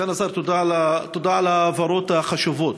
סגן השר, תודה על ההבהרות החשובות.